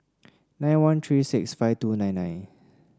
nine one three six five two nine nine